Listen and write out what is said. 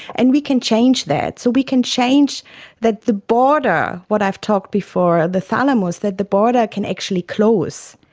and we can change that. so we can change that the border, what i've talked about before, the thalamus, that the border can actually close,